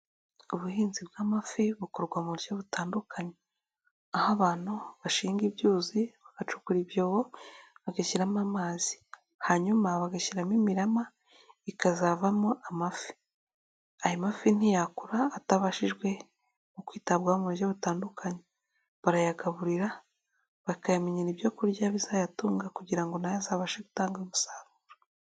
Ubuhinzi bw'amafi bukorwa mu buryo butandukanye, aho abantu bashinga ibyuzi bagacukura ibyobo, bagashyiramo amazi hanyuma bagashyiramo imirama, ikazavamo amafi. Ayo mafi ntiyayakura atabashijwe mu kwitabwaho buryo butandukanye, barayagaburira bakayamenyera ibyo kurya bizayatunga, kugira ngo nayo azabashe gutanga umusaruro.